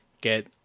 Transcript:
get